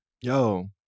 Yo